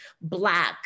Black